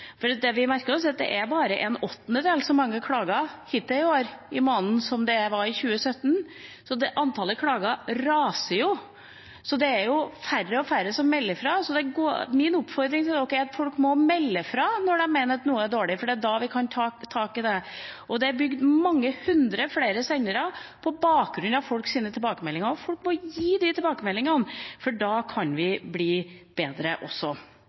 Det vi merker oss, er at det bare er en åttendedel så mange klager i måneden hittil i år som det var i 2017. Så antallet klager raser. Det er færre og færre som melder fra. Så min oppfordring er at folk må melde fra når de mener at noe er dårlig, for det er da vi kan ta tak i det. Det er bygd mange hundre flere sendere på bakgrunn av folks tilbakemeldinger. Folk må gi tilbakemelding, for da kan vi også bli bedre.